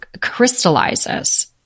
crystallizes